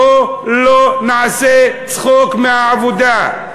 בוא לא נעשה צחוק מהעבודה.